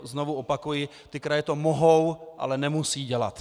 Znovu opakuji, ty kraje to mohou, ale nemusí dělat.